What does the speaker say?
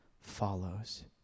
follows